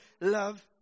love